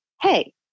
hey